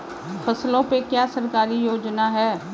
फसलों पे क्या सरकारी योजना है?